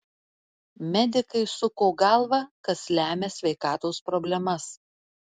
medikai suko galvą kas lemia sveikatos problemas